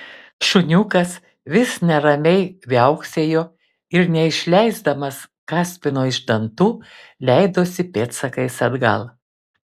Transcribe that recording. šuniukas vis neramiai viauksėjo ir neišleisdamas kaspino iš dantų leidosi pėdsakais atgal